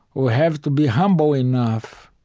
we have to be humble enough